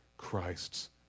Christ's